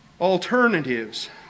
Alternatives